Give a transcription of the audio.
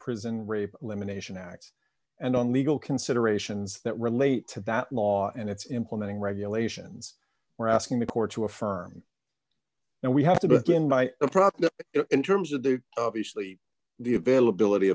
prison rape elimination act and on legal considerations that relate to that law and its implementing regulations we're asking the court to affirm and we have to begin by profit in terms of the obviously the availability